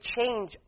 change